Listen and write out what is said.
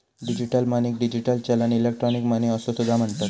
digital मनीक digital चलन, electronic money असो सुद्धा म्हणतत